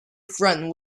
front